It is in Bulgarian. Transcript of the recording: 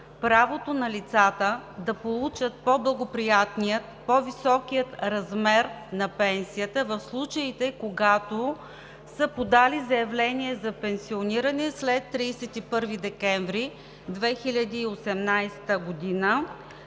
правото на лицата да получат по благоприятния, по-високия размер на пенсията в случаите, когато са подали заявление за пенсиониране след 31 декември 2018 г.,